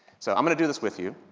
so i'm going to do this with you.